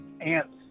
ants